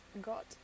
got